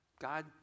God